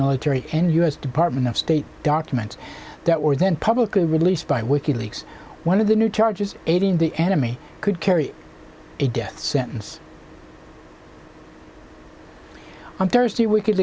military and u s department of state documents that were then publicly released by wiki leaks one of the new charges aiding the enemy could carry a death sentence on thursday we could